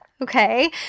Okay